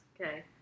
okay